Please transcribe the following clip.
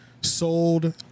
sold